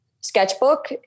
Sketchbook